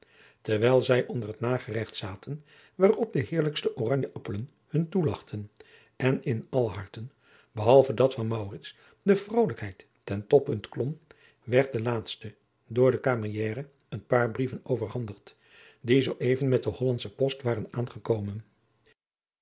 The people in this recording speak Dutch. terwijl zij onder het nageregt zaten waarop de heerlijkste oranje-appelen hun toelachten en in alle harten behalve dat van maurits de vrolijkheid ten toppunt klom werd den laatsten door den cameriere een paar brieadriaan loosjes pzn het leven van maurits lijnslager ven overhandigd die zoo even met den hollandschen post waren aangekomen